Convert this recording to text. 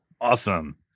awesome